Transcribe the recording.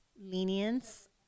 lenience